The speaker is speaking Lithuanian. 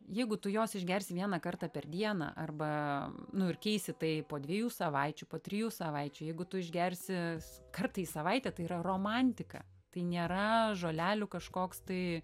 jeigu tu jos išgersi vieną kartą per dieną arba nu ir keisi tai po dviejų savaičių po trijų savaičių jeigu tu išgersi kartą į savaitę tai yra romantika tai nėra žolelių kažkoks tai